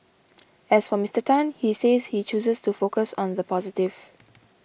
as for Mister Tan he says he chooses to focus on the positive